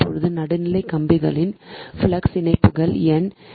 இப்போது நடுநிலை கம்பிகளின் ஃப்ளக்ஸ் இணைப்புகள் n